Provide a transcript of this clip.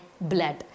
blood